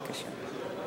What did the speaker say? בבקשה.